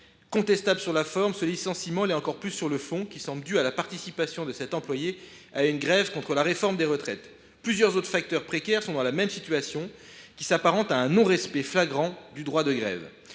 Contestable sur la forme, ce licenciement l’est encore plus sur le fond : il semble dû à la participation de cet employé à une grève contre la réforme des retraites. Plusieurs autres facteurs précaires sont dans la même situation, qui s’apparente à un non respect flagrant du droit de grève.